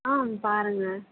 ஆ பாருங்கள்